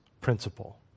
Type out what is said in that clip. principle